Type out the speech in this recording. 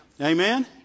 Amen